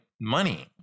money